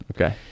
Okay